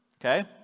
Okay